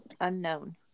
unknown